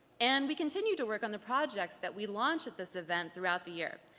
and we continue to work on the projects that we launch at this event throughout the year,